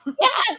Yes